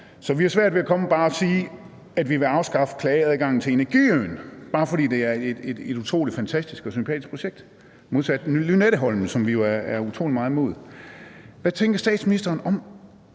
Så vi har svært ved bare at komme og sige, at vi vil afskaffe klageadgangen til energiøen, bare fordi det er et utrolig fantastisk og sympatisk projekt modsat den nye Lynetteholm, som vi er utrolig meget imod. Hvad tænker statsministeren om,